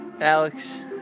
Alex